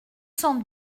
cent